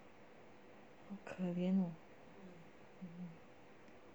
好可怜哦